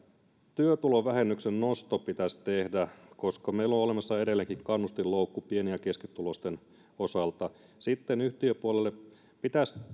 työtulovähennyksen nosto pitäisi tehdä koska meillä on olemassa edelleenkin kannustinloukku pieni ja keskituloisten osalta sitten yhtiöpuolelle pitäisi